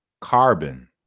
Carbon